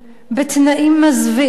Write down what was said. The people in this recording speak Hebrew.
בתנאים מזוויעים,